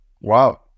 Wow